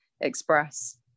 express